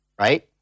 Right